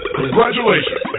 congratulations